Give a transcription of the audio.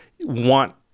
want